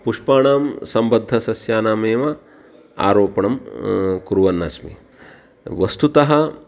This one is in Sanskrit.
पुष्पाणां सम्बद्धसस्यानामेव आरोपणं कुर्वन्नस्मि वस्स्तुतः